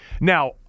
now